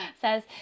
says